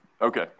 Okay